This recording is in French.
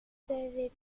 avez